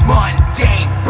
Mundane